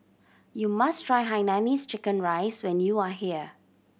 you must try hainanese chicken rice when you are here